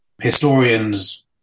Historians